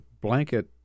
blanket